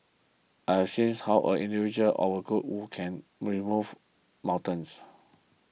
I have seen how as an individual or a group we can move mountains